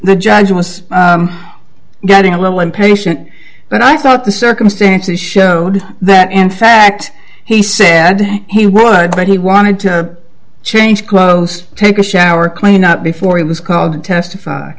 the judge was getting a little impatient and i thought the circumstances showed that in fact he said he would but he wanted to change clothes take a shower clean not before he was called to testify